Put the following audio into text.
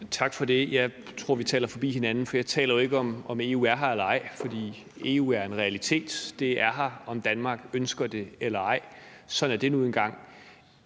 Tak for det. Jeg tror, vi taler forbi hinanden. Jeg taler jo ikke om, om EU er her eller ej, for EU er en realitet – det er her, om Danmark ønsker det eller ej. Sådan er det nu engang.